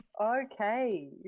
Okay